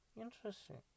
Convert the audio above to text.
interesting